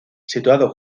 situado